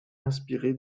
inspirée